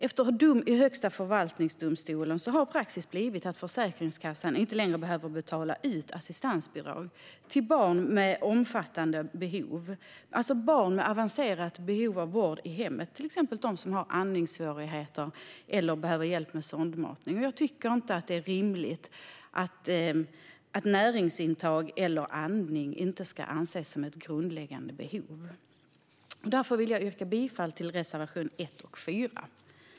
Efter dom i Högsta förvaltningsdomstolen har praxis blivit att Försäkringskassan inte längre behöver betala ut assistansbidrag till barn med behov av avancerad vård i hemmet, till exempel barn som har andningssvårigheter eller som behöver hjälp med sondmatning. Jag tycker inte att det är rimligt att näringsintag och andning inte ska anses som grundläggande behov. Därför yrkar jag bifall till reservationerna 1 och 4.